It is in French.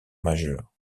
majeur